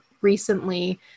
recently